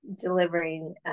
delivering